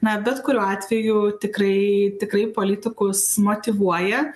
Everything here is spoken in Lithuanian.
na bet kuriuo atveju tikrai tikrai politikus motyvuoja